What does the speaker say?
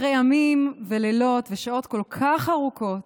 אחרי ימים ולילות ושעות כל כך ארוכות,